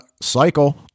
cycle